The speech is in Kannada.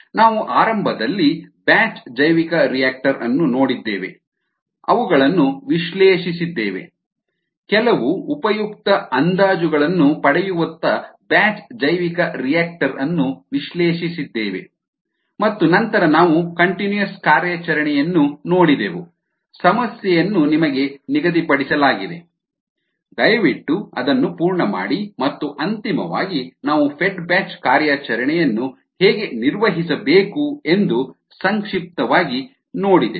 ನಾವು ಆರಂಭದಲ್ಲಿ ಬ್ಯಾಚ್ ಜೈವಿಕರಿಯಾಕ್ಟರ್ ಅನ್ನು ನೋಡಿದ್ದೇವೆ ಅವುಗಳನ್ನು ವಿಶ್ಲೇಷಿಸಿದ್ದೇವೆ ಕೆಲವು ಉಪಯುಕ್ತ ಅಂದಾಜುಗಳನ್ನು ಪಡೆಯುವತ್ತ ಬ್ಯಾಚ್ ಜೈವಿಕರಿಯಾಕ್ಟರ್ ಅನ್ನು ವಿಶ್ಲೇಷಿಸಿದ್ದೇವೆ ಮತ್ತು ನಂತರ ನಾವು ಕಂಟಿನ್ಯೂಸ್ ಕಾರ್ಯಾಚರಣೆಯನ್ನು ನೋಡಿದೆವು ಸಮಸ್ಯೆಯನ್ನು ನಿಮಗೆ ನಿಗದಿಪಡಿಸಲಾಗಿದೆ ದಯವಿಟ್ಟು ಅದನ್ನು ಪೂರ್ಣ ಮಾಡಿ ಮತ್ತು ಅಂತಿಮವಾಗಿ ನಾವು ಫೆಡ್ ಬ್ಯಾಚ್ ಕಾರ್ಯಾಚರಣೆಯನ್ನು ಹೇಗೆ ನಿರ್ವಹಿಸಬೇಕು ಎಂದು ಸಂಕ್ಷಿಪ್ತವಾಗಿ ನೋಡಿದೆವು